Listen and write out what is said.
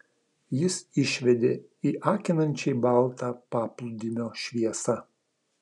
jis išvedė į akinančiai baltą paplūdimio šviesą